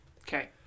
Okay